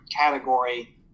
category